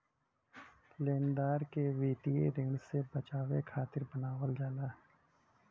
लेनदार के वित्तीय ऋण से बचावे खातिर बनावल जाला